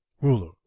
ruler